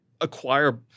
acquire